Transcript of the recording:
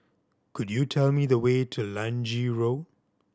could you tell me the way to Lange Road